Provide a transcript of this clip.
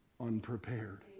unprepared